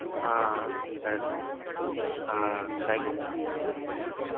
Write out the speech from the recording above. సరే sir thank you sir